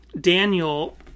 Daniel